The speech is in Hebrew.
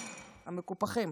המקופחים,